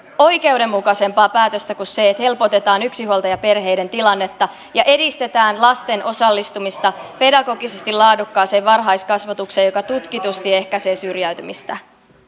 oikeudenmukaisempaa päätöstä kuin se että helpotetaan yksinhuoltajaperheiden tilannetta ja edistetään lasten osallistumista pedagogisesti laadukkaaseen varhaiskasvatukseen joka tutkitusti ehkäisee syrjäytymistä